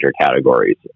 categories